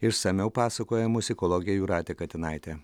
išsamiau pasakoja muzikologė jūratė katinaitė